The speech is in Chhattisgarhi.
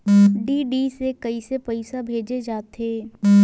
डी.डी से कइसे पईसा भेजे जाथे?